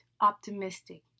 optimistic